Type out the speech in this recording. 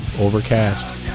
Overcast